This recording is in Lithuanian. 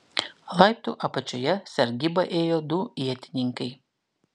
laiptų apačioje sargybą ėjo du ietininkai